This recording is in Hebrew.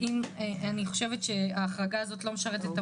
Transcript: אני חושבת שההחרגה הזאת לא משרתת את